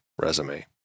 resume